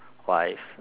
wife